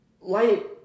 light